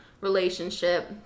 relationship